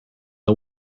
the